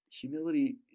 Humility